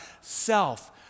self